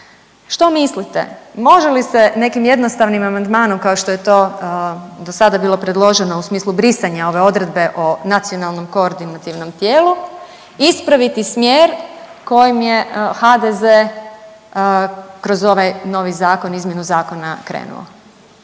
Što mislite može li se nekim jednostavnim amandmanom kao što je to do sada bilo predloženo u smislu brisanja ove odredbe o nacionalnom koordinativnom tijelu ispraviti smjer kojim je HDZ kroz ovaj novi zakon, izmjenu zakona krenuo?